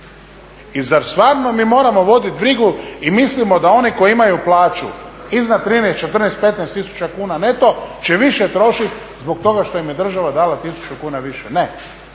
I zar stvarno mi moramo voditi brigu i mislimo da oni koji imaju plaću iznad 13, 14, 15 tisuća kuna neto će više trošiti zbog toga što im je država dala 1000 kuna više? Ne,